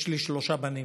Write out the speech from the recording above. יש לי שלושה בנים.